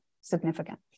significant